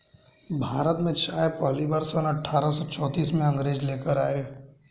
भारत में चाय पहली बार सन अठारह सौ चौतीस में अंग्रेज लेकर आए